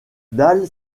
dalle